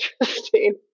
interesting